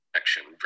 ...action